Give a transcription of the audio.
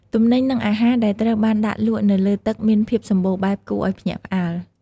ទំនិញ និងអាហារ ដែលត្រូវបានដាក់លក់នៅលើទឹកមានភាពសម្បូរបែបគួរឱ្យភ្ញាក់ផ្អើល។